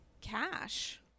cash